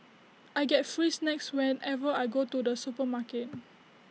I get free snacks whenever I go to the supermarket